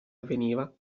avveniva